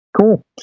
Cool